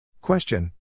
Question